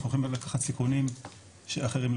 אנחנו יכולים לקחת סיכונים שאחרים לא